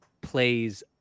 plays